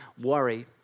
worry